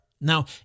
Now